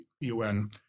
un